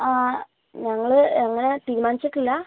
ഞങ്ങൾ അങ്ങനെ തീരുമാനിച്ചിട്ടില്ല